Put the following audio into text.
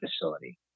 facility